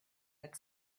had